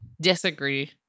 Disagree